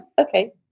okay